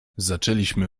zaczęliśmy